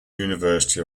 university